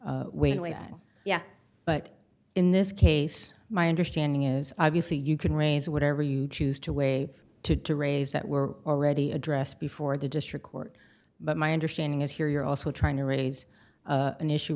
yeah but in this case my understanding is obviously you can raise whatever you choose to way to to raise that were already addressed before the district court but my understanding is here you're also trying to raise an issue